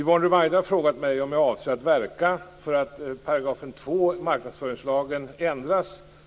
Fru talman! Herr minister!